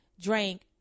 drank